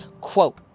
Quote